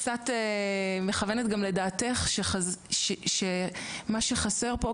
קצת מכוונת גם לדעתך שמה שחסר פה,